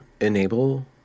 enable